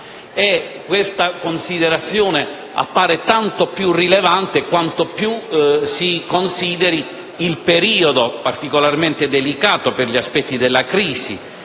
questa considerazione appare tanto più rilevante quanto più si consideri il periodo particolarmente delicato per gli aspetti della crisi,